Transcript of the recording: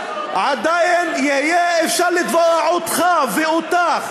עדיין יהיה אפשר יהיה לתבוע אותך ואותך